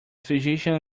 physician